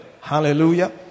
Hallelujah